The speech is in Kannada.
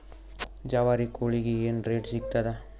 ಜವಾರಿ ಕೋಳಿಗಿ ಏನ್ ರೇಟ್ ಸಿಗ್ತದ?